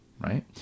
Right